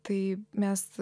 tai mes